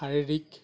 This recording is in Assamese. শাৰীৰিক